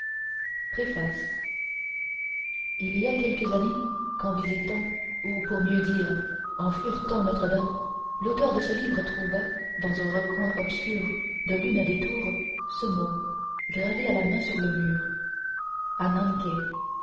préface il y a quelques années qu'en visitant ou pour mieux dire en furetant notre-dame l'auteur de ce livre trouva dans un recoin obscur de l'une des tours ce mot gravé à la main sur le mur